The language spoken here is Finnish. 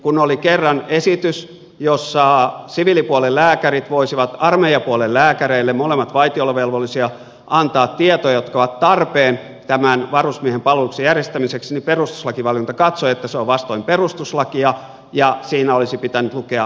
kun oli kerran esitys jossa siviilipuolen lääkärit voisivat armeijapuolen lääkäreille molemmat vaitiolovelvollisia antaa tietoja jotka ovat tarpeen tämän varusmiehen palveluksen järjestämiseksi niin perustuslakivaliokunta katsoi että se on vastoin perustuslakia ja siinä olisi pitänyt lukea välttämättömiä